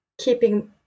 keeping